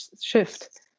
shift